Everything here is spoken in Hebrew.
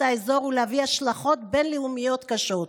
האזור ולהביא השלכות בין-לאומיות קשות,